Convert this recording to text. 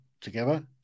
together